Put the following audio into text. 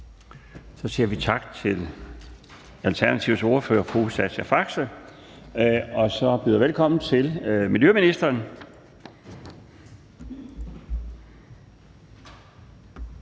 Så siger vi tak til Alternativets ordfører, fru Sascha Faxe, og byder velkommen til miljøministeren.